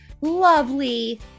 lovely